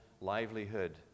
livelihood